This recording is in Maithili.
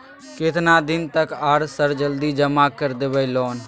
केतना दिन तक आर सर जल्दी जमा कर देबै लोन?